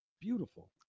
Beautiful